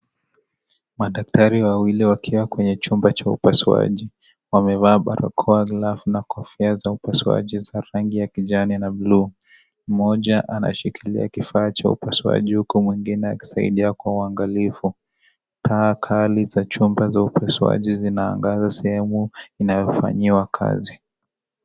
Madaktari wawili wakiwa kwenye jumba cha upasuaji, wamevaa barakoa na kofia za upasuaji za rangi ya kijani na bluu, mmoja anashikilia kifaa cha upasuaji huku mwingine akisaidia Kwa uangalifu taabkali za jumba za upasuaji zinaangaza sehemu inayofanyiwa kazi .